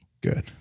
Good